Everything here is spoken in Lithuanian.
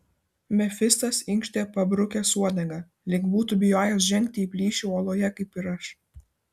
mefistas inkštė pabrukęs uodegą lyg būtų bijojęs žengti į plyšį uoloje kaip ir aš